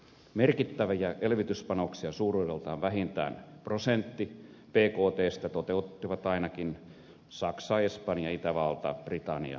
merkittäviä elvytyspanoksia suuruudeltaan vähintään prosentti bktstä toteuttivat ainakin saksa espanja itävalta britannia ja suomi